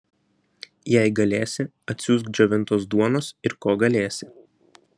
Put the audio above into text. jei galėsi atsiųsk džiovintos duonos ir ko galėsi